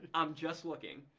i'm just looking.